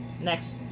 Next